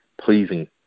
pleasing